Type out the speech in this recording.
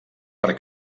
per